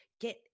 get